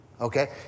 Okay